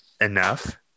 enough